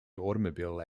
automobile